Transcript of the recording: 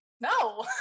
no